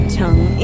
tongue